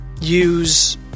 use